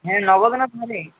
হ্যাঁ মোড়েই